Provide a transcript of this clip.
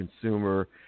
consumer